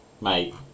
Mate